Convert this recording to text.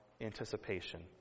anticipation